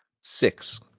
Six